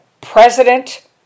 president